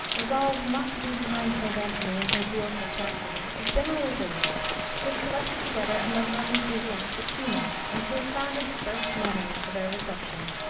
resolving not to be behind st. anthony in her zeal for chastity, is generally believed to have collected together a number of enthusiastic females, and to have founded the first nunnery for their reception.